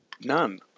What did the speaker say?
None